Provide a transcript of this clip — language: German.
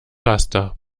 laster